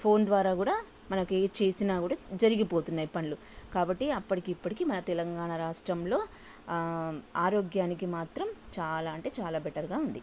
phone ద్వారా కూడా మనకి ఏ చేసినా కూడా జరిగిపోతున్నాయి పనులు కాబట్టి అప్పటికి ఇప్పటికీ మన తెలంగాణ రాష్ట్రంలో ఆరోగ్యానికి మాత్రం చాలా అంటే చాలా బెటర్గా ఉంది